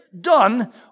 done